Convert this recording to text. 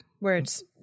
Words